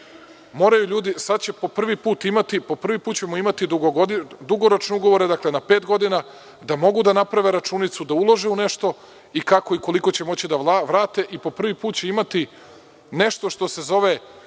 moraju ljudi da to proizvedu. Po prvi put ćemo imati dugoročne ugovore na pet godina, da mogu da naprave računicu, da ulaže u nešto i kako i koliko će moći da vrate i po prvi put će imati nešto što se zove